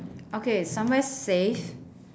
okay somewhere safe